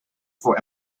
for